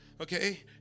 Okay